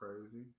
crazy